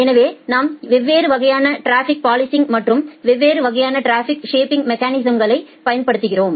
எனவே நாம் வெவ்வேறு வகையான டிராபிக் பொலிசிங் மற்றும் வெவ்வேறு வகையான டிராபிக் ஷேப்பிங் மெக்கானிசம்களை பயன்படுத்துகிறோம்